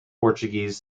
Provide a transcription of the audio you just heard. portuguese